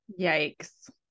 Yikes